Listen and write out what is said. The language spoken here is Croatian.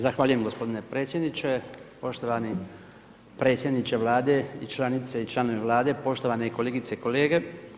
Zahvaljujem gospodine predsjedniče, poštovani predsjedniče Vlade i članice i članovi Vlade, poštovane i kolegice i kolege.